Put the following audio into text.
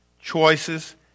choices